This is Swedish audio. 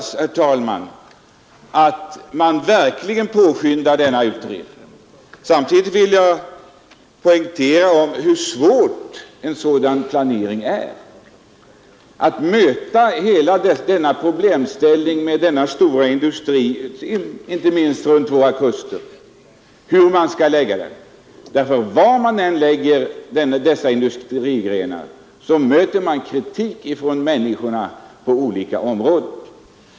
Samtidigt vill jag dock understryka att det är oerhört svårt att göra en sådan planering och att klara av alla de problem som sammanhänger med förläggningen av de stora industrierna, inte minst då industrier runt våra kuster. Var man än förlägger sådana industrier möter man nämligen kritik från människorna inom berörda områden.